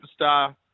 superstar